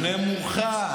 אתה מדבר נמוך, לא אתם.